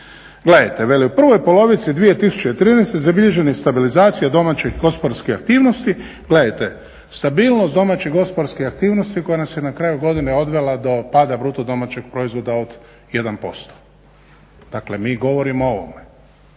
Gledajte, veli u prvoj polovici 2013. zabilježena je stabilizacija domaćih gospodarskih aktivnosti. Gledajte, stabilnost domaće gospodarske aktivnosti koja nas je na kraju godine odvela do pada bruto domaćeg proizvoda od 1%. Dakle, mi govorimo o ovome.